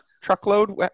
Truckload